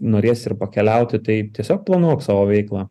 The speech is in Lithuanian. norėsi ir pakeliauti tai tiesiog planuok savo veiklą